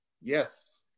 Yes